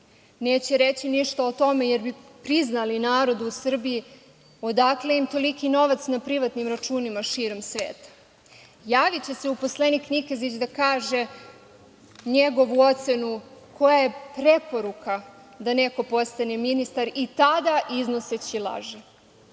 Neće reći ništa o tome, jer bi priznali narodu u Srbiji odakle im toliki novac na privatnim računima širom sveta. Javiće se uposlenik Nikezić da kaže njegovu ocenu koja je preporuka da neko postane ministar i tada iznoseći laži.